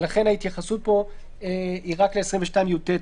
ולכן ההתייחסות פה היא רק לסעיף 22יט(ב).